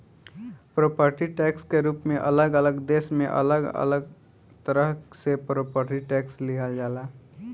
property tax के रूप में अलग अलग देश में अलग अलग तरह से प्रॉपर्टी टैक्स लिहल जाला